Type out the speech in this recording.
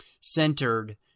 centered